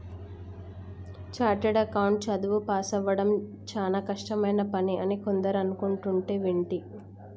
chartered account చదువు పాసవ్వడం చానా కష్టమైన పని అని కొందరు అనుకుంటంటే వింటి